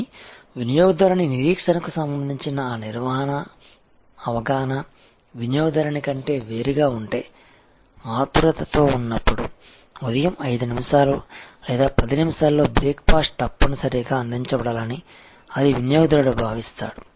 కానీ వినియోగదారుని నిరీక్షణకు సంబంధించిన ఆ నిర్వహణ అవగాహన వినియోగదారుని కంటే వేరుగా ఉంటే ఆతురుతలో ఉన్నప్పుడు ఉదయం 5 నిమిషాలు లేదా 10 నిమిషాల్లో బ్రేక్ ఫాస్ట్ తప్పనిసరిగా అందించబడాలని అని వినియోగదారుడు భావిస్తాడు